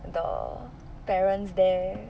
the parents there